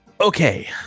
okay